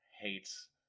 hates